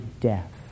death